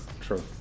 true